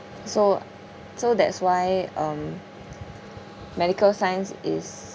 so so that's why um medical science is